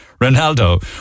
Ronaldo